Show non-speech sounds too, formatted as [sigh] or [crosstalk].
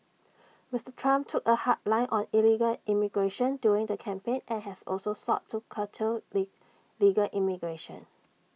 Mister Trump took A hard line on illegal immigration during the campaign and has also sought to curtail [unintelligible] legal immigration